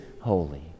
holy